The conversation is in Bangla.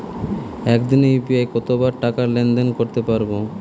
একদিনে ইউ.পি.আই কতবার টাকা লেনদেন করতে পারব?